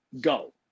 go